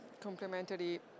complementary